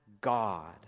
God